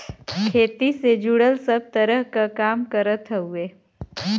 खेती से जुड़ल सब तरह क काम करत हउवे